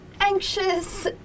anxious